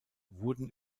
wurden